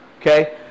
okay